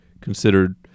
considered